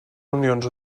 unions